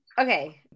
okay